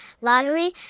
lottery